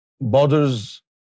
bothers